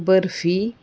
barfi